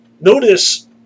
Notice